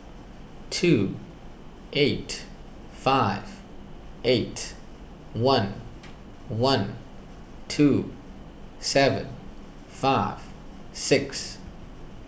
two eight five eight one one two seven five six